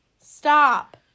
Stop